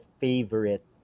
favorite